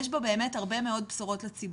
יש בו באמת הרבה בשורות לציבור.